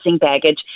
baggage